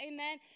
Amen